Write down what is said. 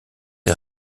est